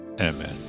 amen